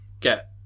get